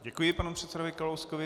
Děkuji panu předsedovi Kalouskovi.